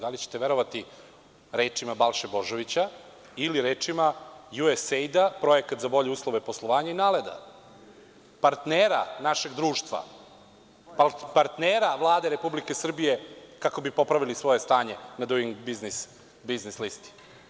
Da li ćete verovati rečima Balše Božovića ili rečima USAID-a „Projekat za bolje uslove poslovanja“ i „Naleda“, partnera našeg društva, partnera Vlade Republike Srbije kako bi popravili svoje stanje na Duing biznis listi?